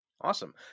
Awesome